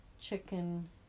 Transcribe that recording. chicken